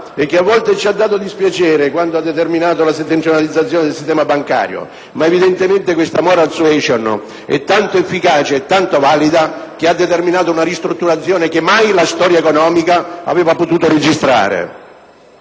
che a volte ci ha dato dispiacere quando ha determinato la settentrionalizzazione del sistema bancario, ma evidentemente questa tattica di persuasione, la *moral suasion*, è tanto efficace e tanto valida che ha determinato una ristrutturazione che mai la storia economica aveva potuto registrare.